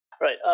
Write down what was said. Right